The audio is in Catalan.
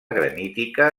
granítica